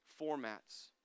formats